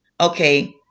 Okay